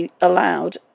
allowed